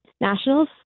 Nationals